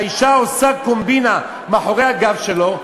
שהאישה עושה קומבינה מאחורי הגב שלו,